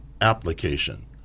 application